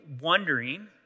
wondering